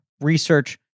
research